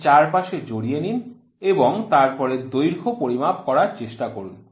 এর চারপাশে জড়িয়ে নিন এবং তারপর দৈর্ঘ্য পরিমাপ করার চেষ্টা করুন